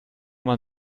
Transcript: man